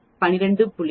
5 மற்றும் மோட்